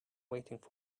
waiting